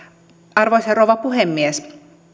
arvoisa rouva puhemies